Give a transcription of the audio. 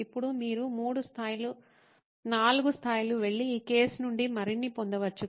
ఇప్పుడు మీరు మూడు స్థాయిలు నాలుగు స్థాయిలు వెళ్లి ఈ కేసు నుండి మరిన్ని పొందవచ్చు